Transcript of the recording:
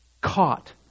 Caught